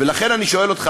ולכן אני שואל אותך,